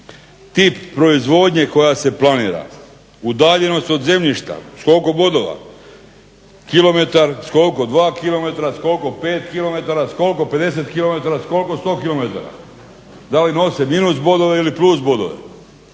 tip proizvodnje koja se planira? Udaljenost od zemljišta? S koliko bodova? Kilometar, koliko? S dva kilometra, s koliko, pet kilometara, s koliko 50 kilometara, s koliko 100 kilometara? Da li nose minus bodove ili plus bodove.